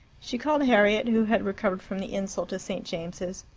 she called harriet, who had recovered from the insult to st. james's,